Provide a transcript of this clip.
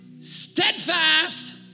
Steadfast